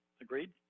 agreed